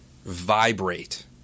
vibrate